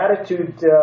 attitude